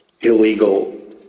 illegal